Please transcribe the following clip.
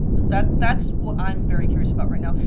that's that's what i'm very curious about right now.